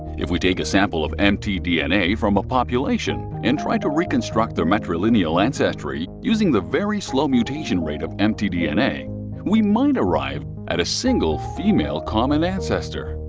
if we take a sample of mtdna from a population and try to reconstruct their matrilineal ancestry using the very slow mutation rate of mtdna we just might arrive at a single female common ancestor!